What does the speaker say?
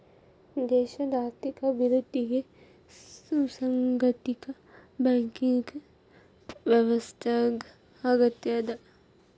ದೇಶದ್ ಆರ್ಥಿಕ ಅಭಿವೃದ್ಧಿಗೆ ಸುಸಂಘಟಿತ ಬ್ಯಾಂಕಿಂಗ್ ವ್ಯವಸ್ಥಾದ್ ಅಗತ್ಯದ